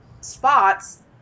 spots